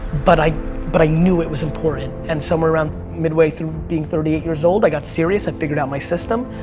but i but i knew it was important and somewhere around midway through being thirty eight years old, i got serious, i figured out my system.